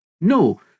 No